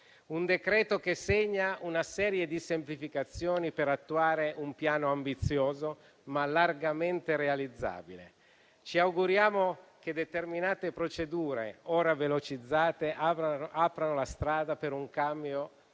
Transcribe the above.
un decreto che segna una serie di semplificazioni per attuare un piano ambizioso, ma largamente realizzabile. Ci auguriamo che determinate procedure, ora velocizzate, aprano la strada per un cambio